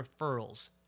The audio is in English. referrals